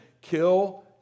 kill